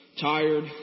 tired